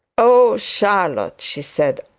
oh, charlotte she said,